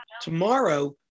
tomorrow